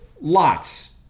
lots